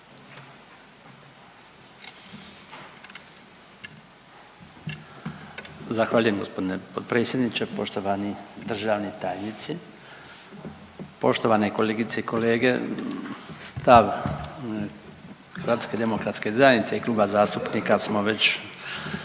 Zahvaljujem gospodine potpredsjedniče. Poštovani državni tajnici, poštovane kolegice i kolege stav HDZ-a i kluba zastupnika smo već